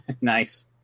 Nice